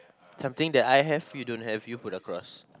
something that I have you don't have you put a cross